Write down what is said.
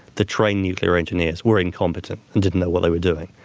the trained nuclear engineers were incompetent, and didn't know what they were doing.